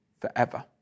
forever